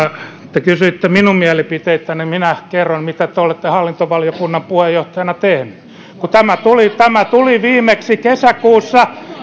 te kysyitte minun mielipiteitäni minä kerron mitä te olette hallintovaliokunnan puheenjohtajana tehnyt kun tämä tuli tämä tuli viimeksi kesäkuussa